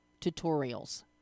tutorials